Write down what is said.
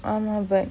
um ya but